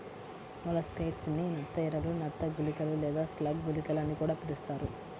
molluscicides ని నత్త ఎరలు, నత్త గుళికలు లేదా స్లగ్ గుళికలు అని కూడా పిలుస్తారు